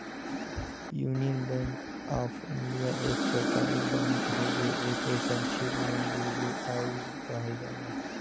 union Bank of India एक सरकारी बैंक हउवे एके संक्षेप में यू.बी.आई कहल जाला